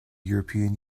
european